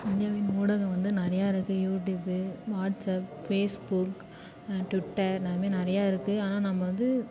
இந்தியாவின் ஊடகம் வந்து நிறையா இருக்குது யூடியூப்பு வாட்ஸ்ஆப் ஃபேஸ்புக் ட்விட்டர் நான் அந்த மாதிரி நிறையா இருக்குது ஆனால் நம்ம வந்து